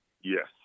Yes